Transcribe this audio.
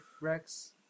rex